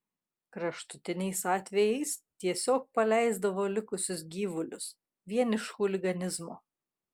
kraštutiniais atvejais tiesiog paleisdavo likusius gyvulius vien iš chuliganizmo